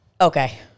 Okay